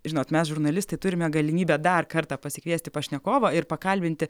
žinot mes žurnalistai turime galimybę dar kartą pasikviesti pašnekovą ir pakalbinti